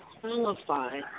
qualify